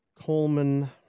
Coleman